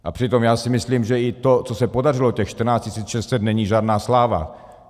A přitom si myslím, že i to, co se podařilo, těch 14 600 není žádná sláva.